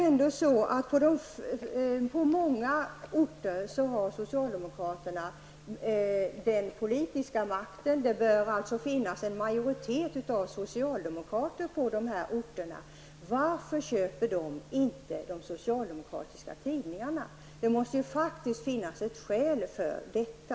På många orter har socialdemokraterna den politiska makten. Det bör alltså finnas en majoritet av socialdemokrater på de orterna. Varför köper de inte de socialdemokratiska tidningarna?